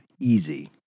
easy